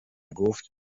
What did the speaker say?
گفت